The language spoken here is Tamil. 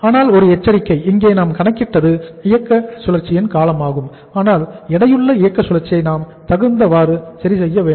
ஆனால் ஒரு எச்சரிக்கை இங்கே நாம் கணக்கிட்டது இயக்க சுழற்சியின் காலமாகும் ஆனால் எடையுள்ள இயற்ற சுழற்சியை நாம் தகுந்தவாறு சரி செய்ய வேண்டும்